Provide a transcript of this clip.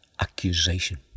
accusation